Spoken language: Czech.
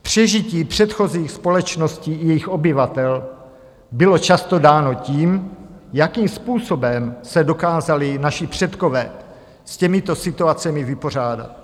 Přežití předchozích společností i jejich obyvatel bylo často dáno tím, jakým způsobem se dokázali naši předkové s těmito situacemi vypořádat.